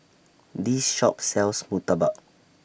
This Shop sells Murtabak